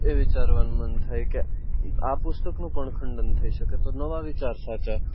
એ વિચારવાનું મન થાય કે આ પુસ્તકનું પણ ખંડન થઇ શકે તો નવા વિચાર સાચા